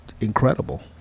incredible